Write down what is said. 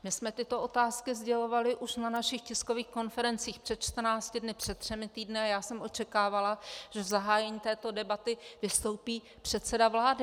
My jsme tyto otázky sdělovali už na našich tiskových konferencích před 14 dny, před třemi týdny a já jsem očekávala, že v zahájení této debaty vystoupí předseda vlády.